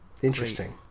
Interesting